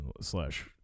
slash